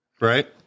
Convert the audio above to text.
right